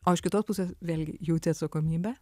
o iš kitos pusės vėlgi jauti atsakomybę